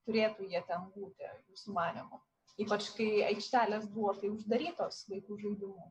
turėtų jie ten būti sumanymų ypač kai aikštelės buvo tai uždarytos vaikų žaidimų